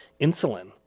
insulin